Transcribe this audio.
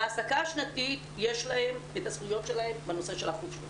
בהעסקה השנתית יש להם את הזכויות שלהם בנושא של החופשות.